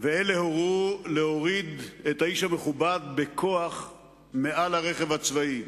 ואלה הורו להוריד את האיש המכובד בכוח מעל הרכב הצבאי.